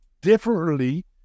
differently